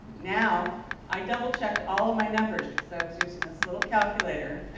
now i double-checked all of my numbers because i was using this little calculator.